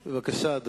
בבקשה, אדוני.